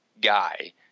guy